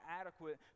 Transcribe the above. adequate